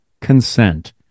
consent